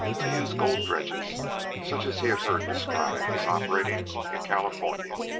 to use gold-dredges such as he had heard described as operating in california.